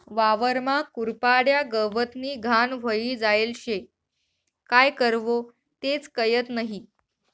वावरमा कुरपाड्या, गवतनी घाण व्हयी जायेल शे, काय करवो तेच कयत नही?